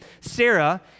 Sarah